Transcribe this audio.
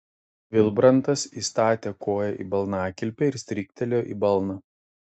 vilbrantas įstatė koją į balnakilpę ir stryktelėjo į balną